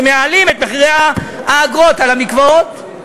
שמעלים את האגרות על המקוואות.